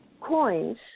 coins